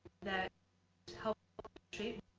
that helped shape